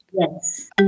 Yes